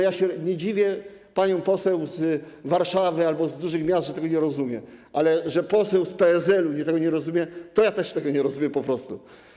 Ja się nie dziwię paniom poseł z Warszawy albo z dużych miast, że tego nie rozumieją, ale tego, że poseł z PSL-u tego nie rozumie, to ja nie rozumiem po prostu.